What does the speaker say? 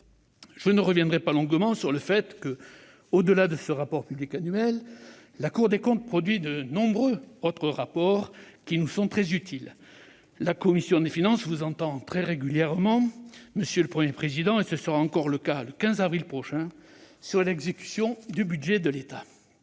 Je ne reviendrai pas longuement sur le fait que, au-delà de ce rapport public annuel, la Cour des comptes produit de nombreux autres rapports qui nous sont très utiles. La commission des finances vous entend très régulièrement, monsieur le Premier président, comme ce sera encore le cas, le 15 avril prochain, sur l'exécution du budget de l'État.